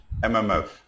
MMF